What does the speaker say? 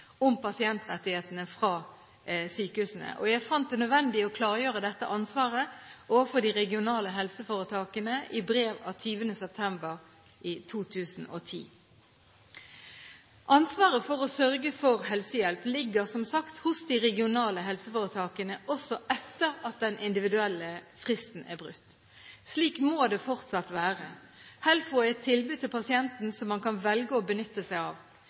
om pasientrettighetene fra sykehusene. Jeg fant det nødvendig å klargjøre dette ansvaret overfor de regionale helseforetakene i brev av 20. september 2010. Ansvaret for å sørge for helsehjelp ligger, som sagt, hos de regionale helseforetakene også etter at den individuelle fristen er brutt. Slik må det fortsatt være. HELFO er et tilbud til pasienten som han kan velge å benytte seg av.